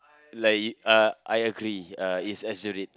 like uh I agree uh it's exaggerate